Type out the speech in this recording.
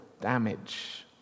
damage